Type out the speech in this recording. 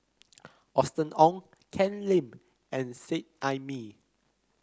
Austen Ong Ken Lim and Seet Ai Mee